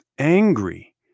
angry